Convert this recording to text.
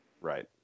Right